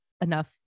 enough